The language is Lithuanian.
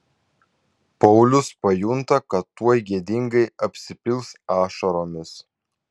paulius pajunta kad tuoj gėdingai apsipils ašaromis